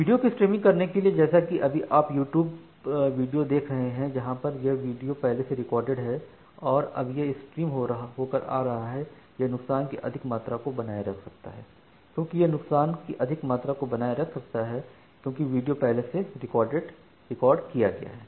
video की streaming करने के लिए जैसा कि अभी आप यूट्यूब वीडियो देख रहे हैं जहां पर यह वीडियो पहले से ही रिकॉर्डेड है और अब वह स्ट्रीम हो कर आ रहा है यह नुकसान की अधिक मात्रा को बनाए रख सकता है क्यों यह नुकसान की अधिक मात्रा को बनाए रख सकता है क्योंकि वीडियो पहले से रिकॉर्ड किया गया है